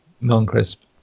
non-crisp